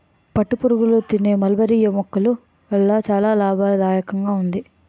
పట్టుపురుగులు తినే మల్బరీ మొక్కల వల్ల చాలా లాభదాయకంగా ఉంది